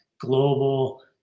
global